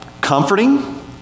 comforting